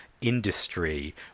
industry